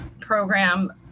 program